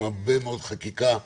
שהייתה לה הרבה מאוד חקיקה חשובה,